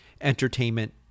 Entertainment